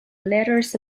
letters